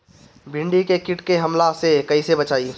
भींडी के कीट के हमला से कइसे बचाई?